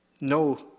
no